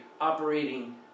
operating